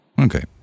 Okay